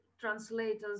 translators